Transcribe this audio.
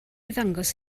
ddangos